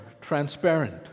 transparent